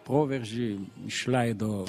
proveržį išleido